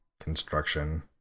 construction